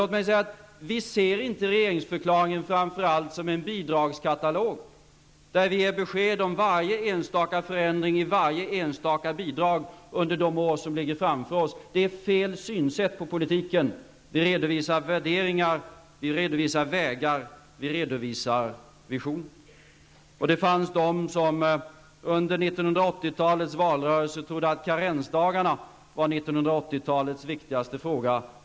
Låt mig också säga att vi inte ser regeringsförklaringen framför allt som en bidragskatalog, där vi ger besked om varje enstaka förändring i varje enstaka bidrag för de år som ligger framför oss. Det är ett fel sätt att se på politiken. Vi redovisar värderingar, vägar och visioner. Det fanns de som under 1980-talets valrörelser trodde att karensdagarna var 1980-talets viktigaste fråga.